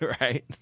Right